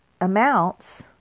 amounts